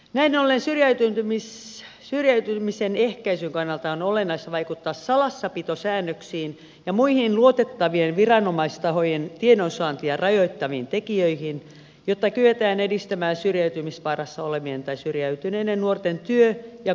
näin ollen syrjäytymisen ehkäisyn kannalta on olennaista vaikuttaa salassapitosäännöksiin ja muihin luotettavien viranomaistahojen tiedonsaantia rajoittaviin tekijöihin jotta kyetään edistämään syrjäytymisvaarassa olevien tai syrjäytyneiden nuorten työ ja koulutusmahdollisuuksia